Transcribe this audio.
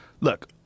look